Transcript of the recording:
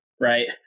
right